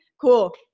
Cool